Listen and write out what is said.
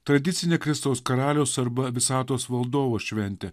tradicinė kristaus karaliaus arba visatos valdovo šventė